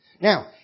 Now